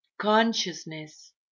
Consciousness